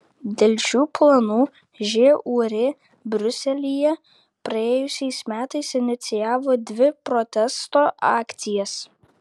dėl šių planų žūr briuselyje praėjusiais metais inicijavo dvi protesto akcijas